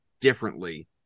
differently